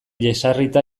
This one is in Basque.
jesarrita